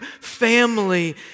family